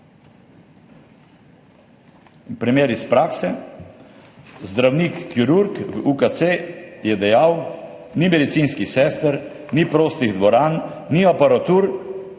Primer iz prakse. Zdravnik kirurg v UKC je dejal: »Ni medicinskih sester, ni prostih dvoran, ni aparatur